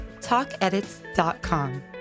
TalkEdits.com